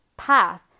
path